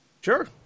Sure